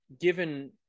given